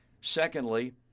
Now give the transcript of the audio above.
Secondly